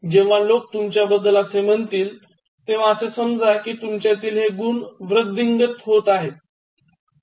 जेव्हा लोक तुमच्याबद्दल असे म्हणतील तेव्हा असे समजा कि तुमच्यातील हे गुण वृद्धिंगत होत आहे